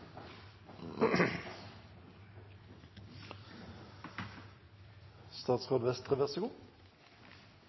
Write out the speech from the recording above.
statsråd, så